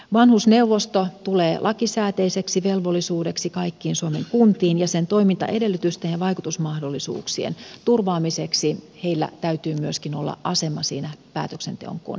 vanhusneuvosto tulee lakisääteiseksi velvollisuudeksi kaikkiin suomen kuntiin ja sen toimintaedellytysten ja vaikutusmahdollisuuksien turvaamiseksi heillä täytyy myöskin olla asema siinä päätöksenteon koneistossa